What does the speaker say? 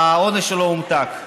העונש שלו הומתק.